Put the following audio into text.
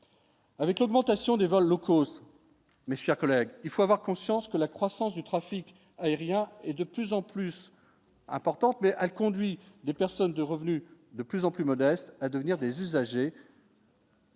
avec l'augmentation des vols locaux. Mais sa collègue, il faut avoir compte. C'est ce que la croissance du trafic aérien et de plus en plus. Importante mais a conduit des personnes de revenus de plus en plus modestes à devenir des usagers.